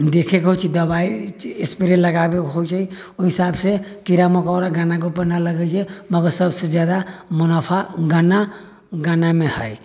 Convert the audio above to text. देखे के होइ छै दबाइ स्प्रे लगाबै के होइ छै ओहि हिसाबसे कीड़ा मकोड़ा गन्ना के ऊपर न लगै छै मगर सभसे जादा मुनाफा गन्ना गन्ने मे है